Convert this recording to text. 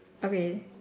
okay